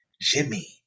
Jimmy